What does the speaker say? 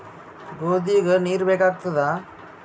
ಗೋಧಿಗ ನೀರ್ ಬೇಕಾಗತದ?